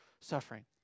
suffering